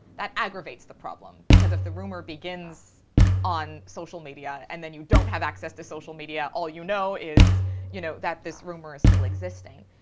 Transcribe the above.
that aggravates the problem because if the rumor begins on social media and then you don't have access to social media, all you know is you know that this rumor is still existing.